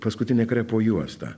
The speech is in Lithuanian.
paskutinė krepo juosta